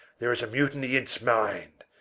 there is a mutiny in's minde.